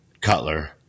Cutler